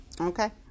Okay